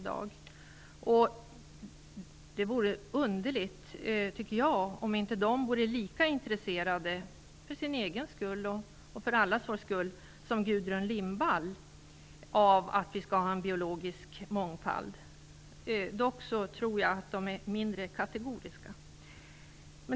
Det vore underligt om de inte vore lika intresserade, för sin egen skull och för allas vår skull, som Gudrun Lindvall av att vi skall ha en biologisk mångfald. Dock tror jag att de är mindre kategoriska. Fru talman!